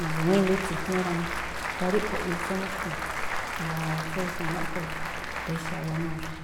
magu̱wíi̱nlí tsi̱jní rá mí. Ikhaa ríꞌkhui̱ eꞌni tsuí míxtu̱u̱n. Jngáa̱ tsú xu̱wáánꞌ po rexa̱a iwanúu̱ xa.